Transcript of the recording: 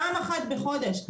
פעם אחת בחודש,